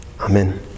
Amen